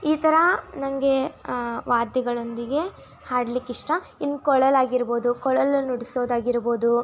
ಈ ಥರ ನನಗೆ ವಾದ್ಯಗಳೊಂದಿಗೆ ಹಾಡ್ಲಿಕ್ಕೆ ಇಷ್ಟ ಇನ್ನು ಕೊಳಲು ಆಗಿರ್ಬೋದು ಕೊಳಲನ್ನ ನುಡ್ಸೋದು ಆಗಿರ್ಬೋದು